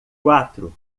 quatro